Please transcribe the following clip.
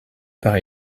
part